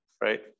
right